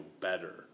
better